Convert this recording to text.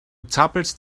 zappelst